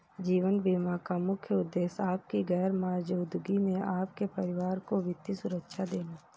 जीवन बीमा का मुख्य उद्देश्य आपकी गैर मौजूदगी में आपके परिवार को वित्तीय सुरक्षा देना